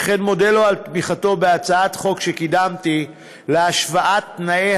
וכן מודה לו על תמיכתו בהצעת חוק שקידמתי להשוואת תנאי